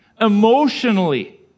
emotionally